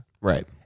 right